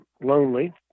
lonely